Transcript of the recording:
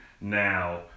now